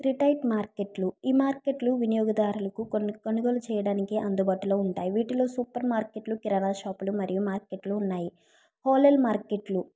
retail మార్కెట్లు ఈ మార్కెట్లు వినియోగదారులకు కొన్ని కొనుగోలు చేయడానికి అందుబాటులో ఉంటాయి వీటిలో సూపర్ మార్కెట్లు కిరాణ షాపులు మరియు మార్కెట్లు ఉన్నాయి హోల్సెల్ మార్కెట్లు